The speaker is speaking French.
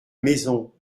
maison